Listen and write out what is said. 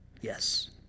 Yes